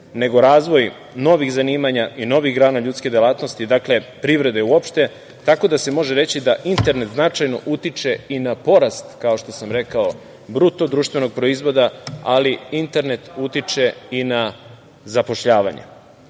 nego razvoj novih zanimanja i novih grana ljudskih delatnosti, privrede uopšte, tako da se može reći da internet značajno utiče i na porast, kao što sam rekao, BDP, ali internet utiče i na zapošljavanje. Zato